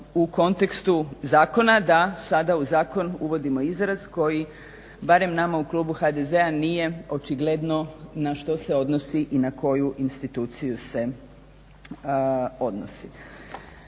u kontekstu zakona da sada u zakon uvodimo izraz koji barem nama u klubu HDZ-a nije očigledno na što se odnosi i na koju instituciju se odnosi.